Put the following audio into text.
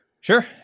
Sure